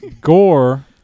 Gore